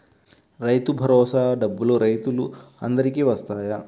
రైతు భరోసా డబ్బులు రైతులు అందరికి వస్తాయా?